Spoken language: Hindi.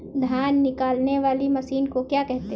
धान निकालने वाली मशीन को क्या कहते हैं?